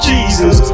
Jesus